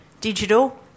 digital